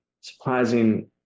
surprising